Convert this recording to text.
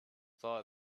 saw